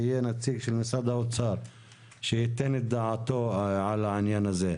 שיהיה נציג של משרד האוצר שייתן את דעתו על העניין הזה.